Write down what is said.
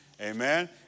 Amen